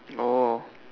oh